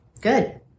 Good